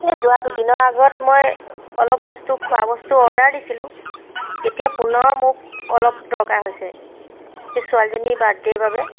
এই যোৱা দুদিনৰ আগত মই অলপ বস্তু খোৱা বস্তু অৰ্ডাৰ দিছিলোঁ এতিয়া পুনৰ মোক অলপ দৰকাৰ হৈছে এই ছোৱালীজনীৰ বাৰ্থডেৰ বাবে